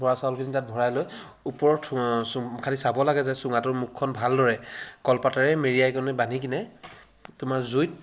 বৰা চাউলখিনি তাত ভৰাই লৈ ওপৰত খালী চাব লাগে যে চুঙাটোৰ মুখখন ভালদৰে কলপাতৰে মেৰিয়াই কেনে বান্ধিকেনে তোমাৰ জুইত